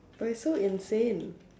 but it's so insane